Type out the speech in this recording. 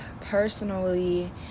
personally